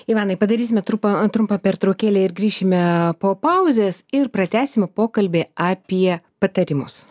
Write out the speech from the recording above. ivanai padarysime trumpą trumpą pertraukėlę ir grįšime po pauzės ir pratęsime pokalbį apie patarimus